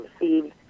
received